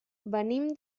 venim